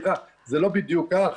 זה לא בדיוק כך,